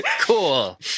Cool